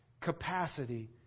capacity